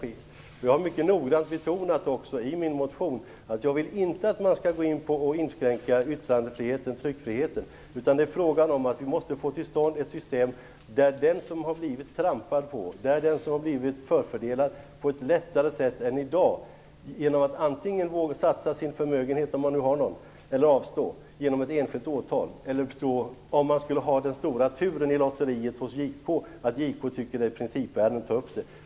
I min motion har jag mycket noggrant betonat att jag inte vill att man skall inskränka yttrandefriheten och tryckfriheten. Det är frågan om att vi måste få ett system där den som blivit trampad på och förfördelad på ett lättare sätt kan få rätt. I dag måste man antingen satsa sin förmögenhet, om man har någon, genom ett enskilt åtal eller avstå. Eller också får man hoppas på att man har den stora turen i lotteriet hos JK att JK tycker att det är ett principärende och vill ta upp det.